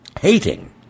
hating